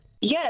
yes